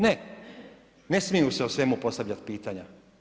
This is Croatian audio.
Ne, ne smije mu se o svemu postavljati pitanja.